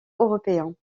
européens